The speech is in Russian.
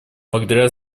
благодаря